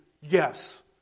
yes